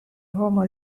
homo